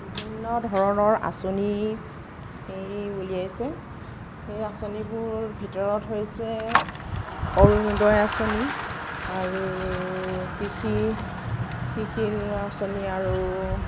বিভিন্ন ধৰণৰ আঁচনি উলিয়াইছে সেই আচঁনিবোৰৰ ভিতৰত হৈছে অৰুণোদয় আচঁনি আৰু কৃষি কৃষি আচঁনি আৰু